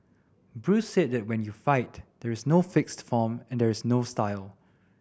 Bruce said that when you fight there is no fixed form and there is no style